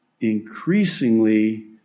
increasingly